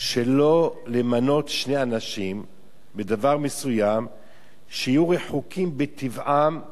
שלא למנות בדבר מסוים שני אנשים שיהיו רחוקים בטבעם,